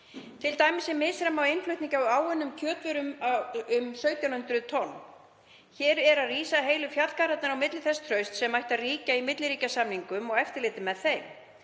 t.d. er misræmi á innflutningi á unnum kjötvörum um 1.700 tonn. Hér er að rísa heilu fjallgarðarnir á milli þess trausts sem ætti að ríkja í milliríkjasamningum og eftirliti með þeim.